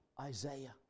Isaiah